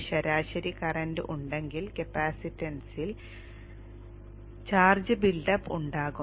ഒരു ശരാശരി കറന്റ് ഉണ്ടെങ്കിൽ കപ്പാസിറ്റൻസിൽ ചാർജ് ബിൽഡ് അപ്പ് ഉണ്ടാകും